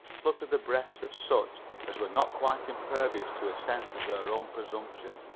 fluttered the breasts of such as were not quite impervious to a sense of their own presumption,